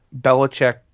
Belichick